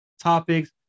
topics